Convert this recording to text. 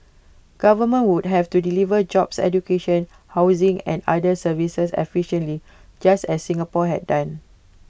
governments would have to deliver jobs education housing and other services efficiently just as Singapore had done